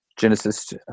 Genesis